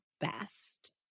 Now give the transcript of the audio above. best